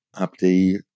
Abdi